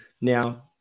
now